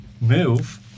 move